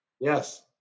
Yes